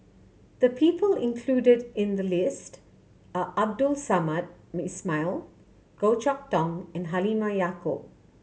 the people included in the list are Abdul Samad Ismail Goh Chok Tong and Halimah Yacob